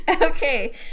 Okay